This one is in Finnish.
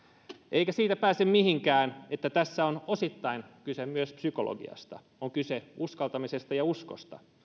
eikä siitä pääse mihinkään että tässä on osittain kyse myös psykologiasta on kyse uskaltamisesta ja uskosta